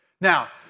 Now